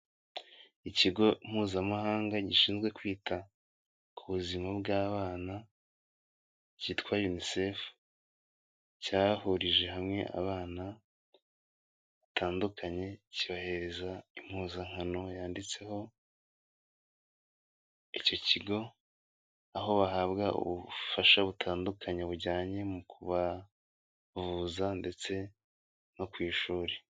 Ikigo Mpuzamahanga Gishinzwe Kwita ku Buzima bw'Abana cyitwa Unicef cyahurije hamwe abana batandukanye, kibahereza impuzankano yanditseho icyo kigo, aho bahabwa ubufasha butandukanye bujyanye mu kubavuza ndetse no ku ishuri.